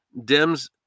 Dems